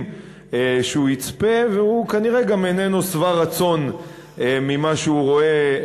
שהוא יצפה והוא כנראה גם איננו שבע-רצון ממה שהוא רואה.